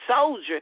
soldier